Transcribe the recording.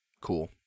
cool